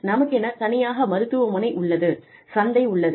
நமக்கென தனியாக மருத்துவமனை உள்ளது சந்தை உள்ளது